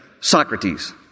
Socrates